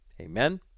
amen